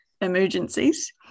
emergencies